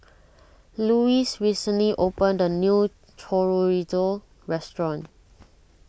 Louise recently opened a new Chorizo restaurant